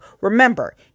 Remember